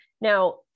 Now